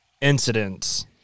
incidents